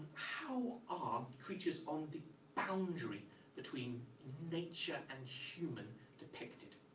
how are creatures on the boundary between nature and human depicted?